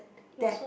that